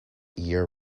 year